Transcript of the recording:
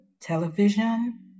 television